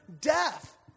death